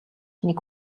нэг